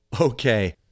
Okay